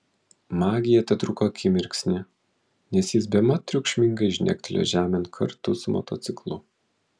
magija tetruko akimirksnį nes jis bemat triukšmingai žnektelėjo žemėn kartu su motociklu